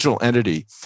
entity